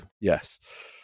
yes